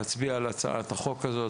הצעת החוק הזאת,